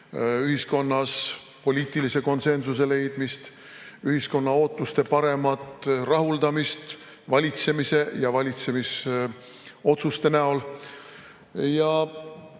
ühiskonnas, poliitilise konsensuse leidmist, ühiskonna ootuste paremat rahuldamist valitsemise ja valitsemisotsuste näol. Ma